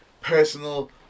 personal